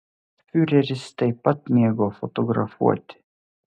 fiureris taip pat mėgo fotografuoti